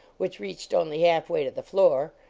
which reached only half way to the floor,